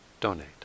donate